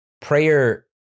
prayer